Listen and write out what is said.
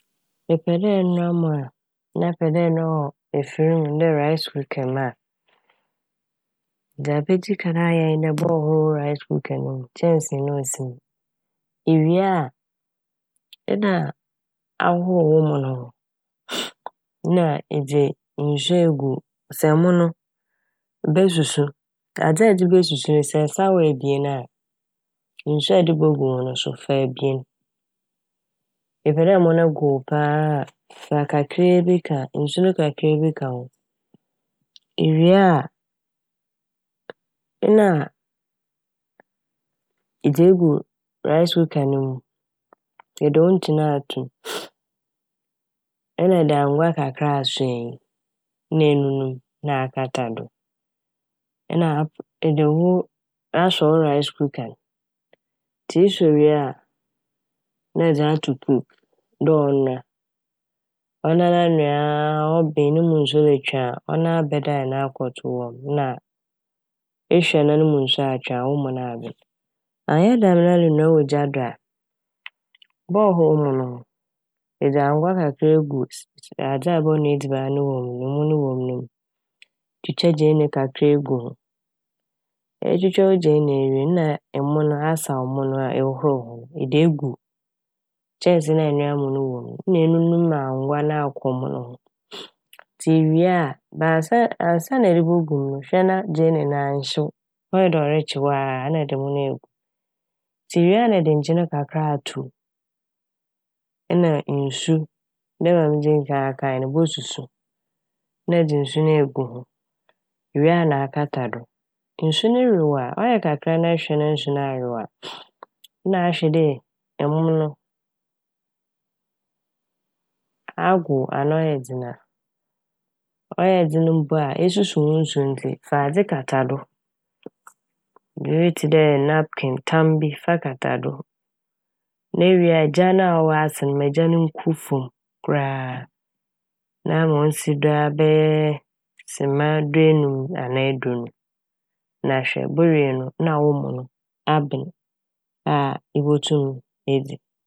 Epɛ dɛ ɛnoa mo a na ɛpɛ dɛ ɛnoa wɔ efir mu dɛ "rice cooker"mu a. Dza ebedzi kan ayɛ nye dɛ ebɔhohor wo "rice cooker" no mu, kyɛnse na osi mu no. Iwie a nna ahohoor wo mo no ho. Nna edze nsu egu, sɛ mo no besusu, adze a edze besusu no ɛsaaw ebien a nsu a ɛde bogu ho no so fa ebien. Epɛ dɛ mo no goow paa a fa kakra bi ka, fa nsu no kakra bi ka ho. Iwie a na edze egu "rice cooker" no mu, ede wo nkyen ato m' nna ɛde angoa kakra asɔ enyi na enunum na akata do. Nna ap- ede wo -asɔ wo "rice cooker" n' ntsi esɔ wie a na ɛdze ato "cook" dɛ ɔnoa. Ɔnoara noaa a ɔben ne mu nsu retwe a ɔnoara bɛdaan ne akɔto "warm" na a ehwɛ na no mu nsu atwe a wo mo no aben. Ɔnnyɛ dɛm na ɛronoa wɔ gya do a, bɔhohoor wo mo no ho, edze angoa kakra egu se- adze a ɛbɔnoa edziban no wɔ m' no, mo no wɔ m' no, twitwa gyeene kakra egu ho. Etwitwa wo gyeene ewie no na emo no asaw, asaw mo na ehohoor ho no ede egu kyɛnse no a ɛnoa ɛmo no wɔ m' no na enunum ma angoa no akɔ mo no ho. Ntsi ewie a ba- ba ansa- ansaana ede mo no bogu m' hwɛ na gyeene no annhyew, ɔyɛ dɛ ɔrekyew a na ede mo no egu m' ntsi ewie a na ede nkyen kakra a ato nna nsu dɛ mbrɛ midzii kan kae no ebosusu na ɛdze nsu no egu ho ewie a na akata do. Nsu no wew a, ɔyɛ kakra na ɛhwɛ na nsu no awew a na ahwɛ dɛ ɛmo no ɔgow anaa ɔyɛ dzen a. Ɔyɛ dzen mpo a esusu wo nsu ntsi fa adze kata do, biibi tse dɛ "napkin" tam bi fa kata do ma ewie a gya no a ɔwɔ ase no ma egya no nkɔ famu koraa na ma onsi do aa bɛyɛɛ sema a duenum anaa eduonu na hwɛ bowie no na wo mo no aben aa ibotum edzi.